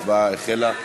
ההצבעה החלה.